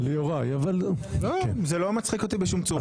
זה לא מצחיק אותי בשום צורה.